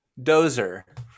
Dozer